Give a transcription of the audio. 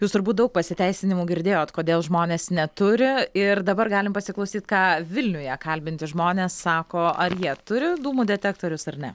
jūs turbūt daug pasiteisinimų girdėjot kodėl žmonės neturi ir dabar galim pasiklausyt ką vilniuje kalbinti žmonės sako ar jie turi dūmų detektorius ar ne